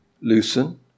Loosen